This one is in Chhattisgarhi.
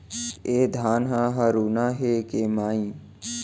ए धान ह हरूना हे के माई?